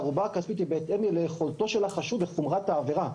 הערובה הכספית היא בהתאם ליכולתו של החשוד ולחומרת העבירה.